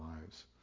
lives